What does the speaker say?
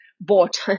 bought